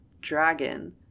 dragon